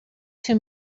too